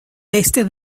este